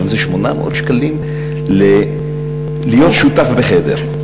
והיום זה 800 שקלים להיות שותף לחדר,